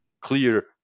clear